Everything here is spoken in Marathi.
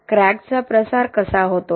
क्रॅकचा प्रसार कसा होतो